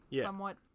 somewhat